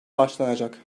başlanacak